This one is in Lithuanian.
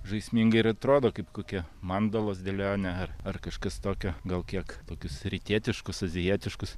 žaismingai ir atrodo kaip kokie mandalos dėlionė ar ar kažkas tokio gal kiek tokius rytietiškus azijietiškus